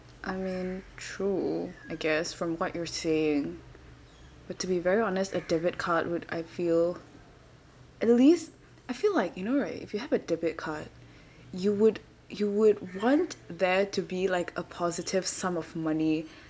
I mean true I guess from what you're saying but to be very honest a debit card would I feel at least I feel like you know right if you have a debit card you would you would want there to be like a positive sum of money